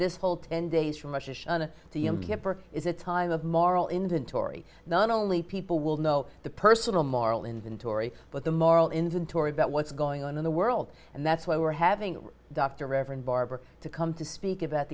this whole ten days from russia to is a time of moral inventory not only people will know the personal moral inventory but the moral inventory about what's going on in the world and that's why we're having dr reverend barber to come to speak about